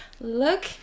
look